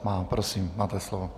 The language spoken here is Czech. Má. Prosím, máte slovo.